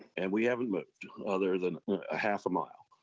and we haven't moved, other than a half a mile,